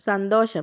സന്തോഷം